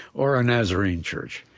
or a nazarene church.